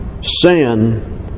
sin